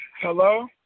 Hello